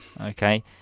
Okay